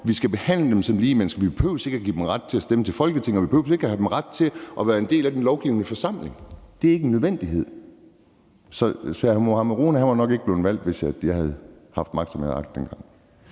vi skal behandle dem som ligemænd, men vi behøver ikke at give dem ret til at stemme til Folketinget, og vi behøver ikke at give dem ret til at være en del af den lovgivende forsamling. Det er ikke en nødvendighed. Så hr. Mohammad Rona var nok ikke blevet valgt, hvis jeg havde haft magt, som jeg havde agt dengang.